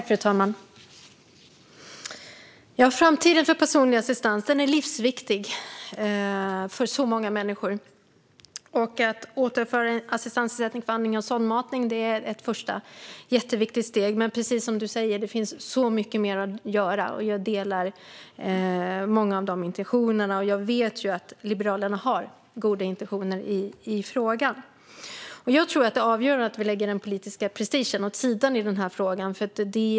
Fru talman! Framtiden för personlig assistans är livsviktig för så många människor. Att återinföra assistansersättning för andning och sondmatning är ett första och jätteviktigt steg. Men precis som du säger finns det så mycket mer att göra. Jag delar många av de intentionerna, och jag vet att Liberalerna har goda intentioner i frågan. Det avgörande är att vi lägger den politiska prestigen åt sidan i frågan.